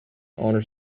honor